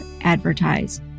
Advertise